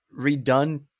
redone